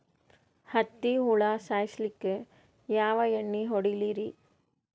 ಹತ್ತಿ ಹುಳ ಸಾಯ್ಸಲ್ಲಿಕ್ಕಿ ಯಾ ಎಣ್ಣಿ ಹೊಡಿಲಿರಿ?